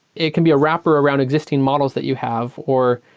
it can be a wrapper around existing models that you have or,